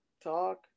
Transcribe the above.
Talk